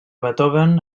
beethoven